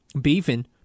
Beefing